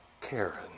Karen